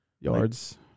Yards